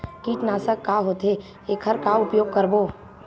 कीटनाशक का होथे एखर का उपयोग करबो?